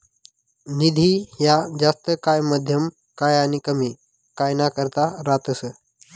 निधी ह्या जास्त काय, मध्यम काय आनी कमी काय ना करता रातस